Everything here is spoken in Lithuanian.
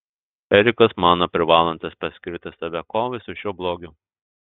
erikas mano privalantis paskirti save kovai su šiuo blogiu